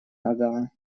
ага